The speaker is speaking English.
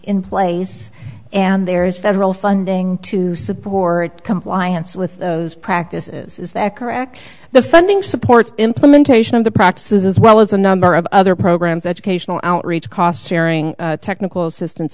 in place and there is federal funding to support compliance with those practices is that correct the funding supports implementation of the practices as well as a number of other programs educational outreach cost sharing technical assistance